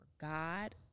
God